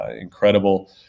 incredible